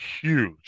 huge